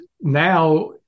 now